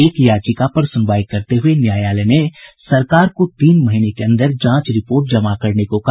एक याचिका पर सुनवाई करते हुये न्यायालय ने सरकार को तीन महीने के अंदर जांच रिपोर्ट जमा करने को कहा